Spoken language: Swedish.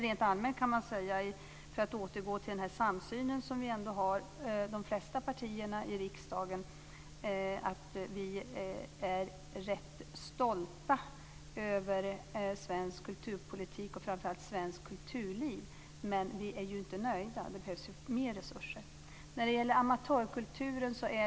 Rent allmänt kan man säga, för att återgå till den samsyn som de flesta partier i riksdagen tycks ha, att vi är rätt stolta över svensk kulturpolitik och framför allt över svenskt kulturliv, men vi är inte nöjda. Det behövs mer resurser.